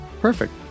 Perfect